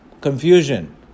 Confusion